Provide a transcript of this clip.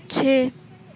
چھ